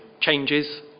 changes